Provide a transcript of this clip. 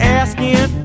asking